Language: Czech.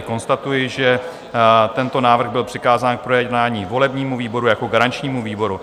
Konstatuji, že tento návrh byl přikázán k projednání volebnímu výboru jako garančnímu výboru.